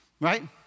Right